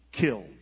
killed